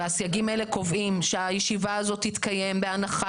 הסייגים האלה קובעים שהישיבה הזאת תתקיים בהנחה